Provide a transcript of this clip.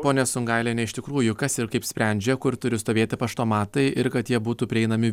ponia sungailienė iš tikrųjų kas ir kaip sprendžia kur turi stovėti paštomatai ir kad jie būtų prieinami